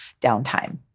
downtime